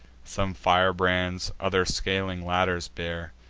some firebrands, others scaling ladders bear,